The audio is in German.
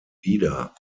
wieder